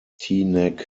teaneck